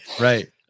Right